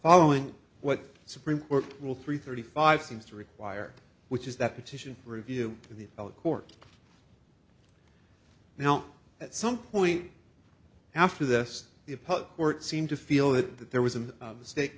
following what supreme court rule three thirty five seems to require which is that petition for review in the court now at some point after this if public court seemed to feel that there was a mistake